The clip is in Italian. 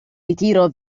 ritiro